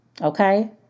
Okay